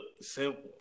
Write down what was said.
simple